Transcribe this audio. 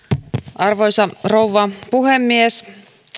arvoisa rouva puhemies